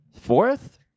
Fourth